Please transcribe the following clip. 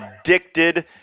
addicted